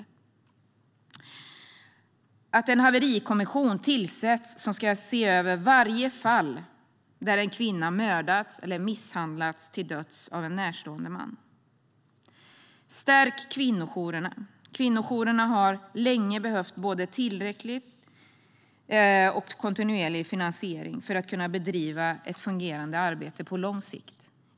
Vi vill att en haverikommission tillsätts som ska se över varje fall där en kvinna mördats eller misshandlats till döds av en närstående man. Stärk kvinnojourerna! Kvinnojourerna har länge behövt både tillräcklig och kontinuerlig finansiering för att kunna bedriva ett fungerande arbete på lång sikt.